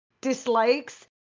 dislikes